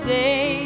day